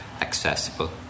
accessible